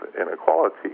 inequality